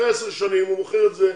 אחרי עשר שנים מוכר את זה,